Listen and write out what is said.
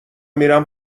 میرم